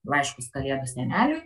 laiškus kalėdų seneliui